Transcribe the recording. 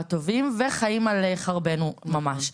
בדיוק, ממש ככה, הטובים, וחיים על חרבנו, ממש.